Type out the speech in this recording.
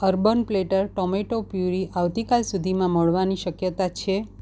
urban platter tomato puri આવતીકાલ સુધીમાં મળવાની શક્યતા છે